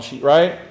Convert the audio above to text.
right